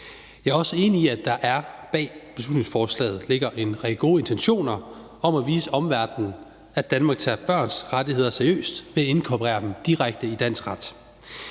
Jeg er også enig i, at der bag beslutningsforslaget ligger en række gode intentioner om at vise omverdenen, at Danmark tager børns rettigheder seriøst ved at inkorporere dem direkte i dansk ret.